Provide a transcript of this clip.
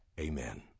Amen